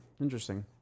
Interesting